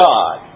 God